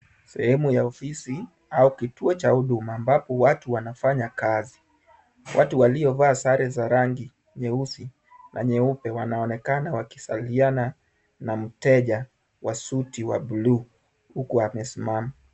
Sehemu ya ofisi au kituo cha huduma ambapo watu wanafanya kazi. Watu waliovaa sare za rangi nyeusi na nyeupe wanaonekana wakisalimiana na mteja wa suti wa bluu huku amesimama.